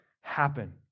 happen